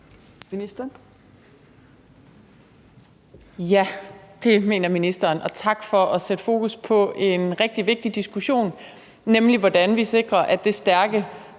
Ja, det mener ministeren, og tak for at sætte fokus på en rigtig vigtig diskussion, nemlig hvordan vi sikrer, at det stærke,